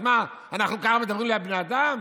אז מה, אנחנו ככה מדברים על בני אדם?